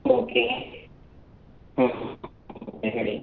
okay ಹ್ಞೂ ಹೇಳಿ